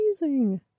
amazing